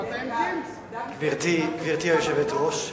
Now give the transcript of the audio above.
גברתי היושבת-ראש,